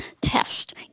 test